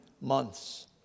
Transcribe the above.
months